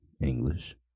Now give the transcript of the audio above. English